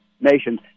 nations